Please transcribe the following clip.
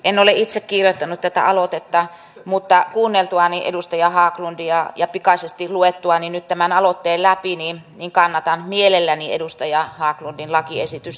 en ole itse kirjoittanut tätä aloitetta mutta kuunneltuani edustaja haglundia ja pikaisesti luettuani nyt tämän aloitteen läpi kannatan mielelläni edustaja haglundin lakiesitystä